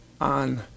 on